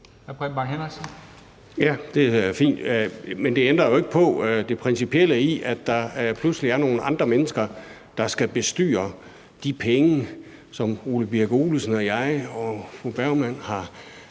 Ja, det er fint, men det ændrer jo ikke på det principielle i, at der pludselig er nogle andre mennesker, der skal bestyre de penge, som hr. Ole Birk Olesen, fru Birgitte Bergman og